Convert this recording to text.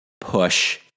push